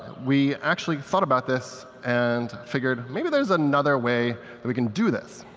we actually thought about this and figured maybe there's another way we can do this.